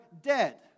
dead